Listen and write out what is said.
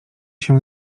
się